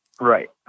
Right